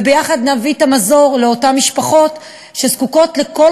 ויחד נביא את המזור לאותן משפחות שזקוקות לכל